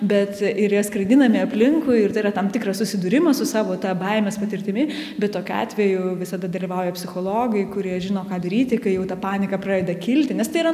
bet ir jie skraidinami aplinkui ir tai yra tam tikras susidūrimas su savo tą baimes patirtimi bet tokiu atveju visada dalyvauja psichologai kurie žino ką daryti kai jau ta panika pradeda kilti nes tai yra